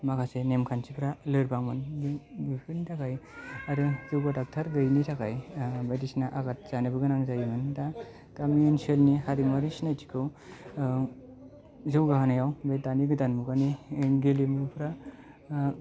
माखासे नेम खान्थिफोरा लोरबांमोन बेफोरनि थाखाय आरो जौगा डाक्टार गैयिनि थाखाय बायदिसिना आगाद जानोबो गोनां जायोमोन दा गामि ओनसोलनि हारिमुवारि सिनायथिखौ जौगाहोनायाव बे दानि गोदान मुगानि गेलेमुफोरा